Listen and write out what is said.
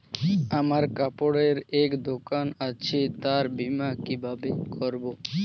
আমার কাপড়ের এক দোকান আছে তার বীমা কিভাবে করবো?